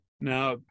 Now